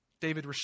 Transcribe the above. David